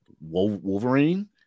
Wolverine